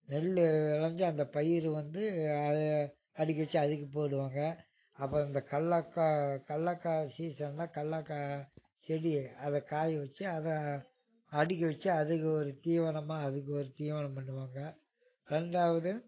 நெல் விளஞ்சி அந்த பயிறு வந்து அதுக்கு வச்சு அதுக்கு போடுவாங்க அப்புறம் இந்த கல்லக்காய் கல்லக்காய் சீசன்னா கல்லக்காய் செடி அதை காய வச்சு அதை அடுக்கி வச்சு அதுக்கு ஒரு தீவனம்மா அதுக்கு ஒரு தீவனம் பண்ணுவாங்க ரெண்டாவது